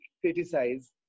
criticize